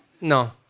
No